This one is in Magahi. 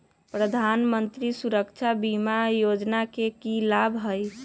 प्रधानमंत्री सुरक्षा बीमा योजना के की लाभ हई?